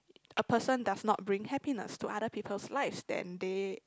a person does not bring happiness to other people's lives then they